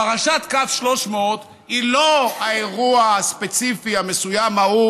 פרשת קו 300 היא לא האירוע הספציפי המסוים ההוא